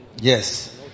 Yes